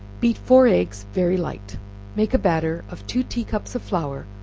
beat four eggs very light make a batter of two tea-cups of flour,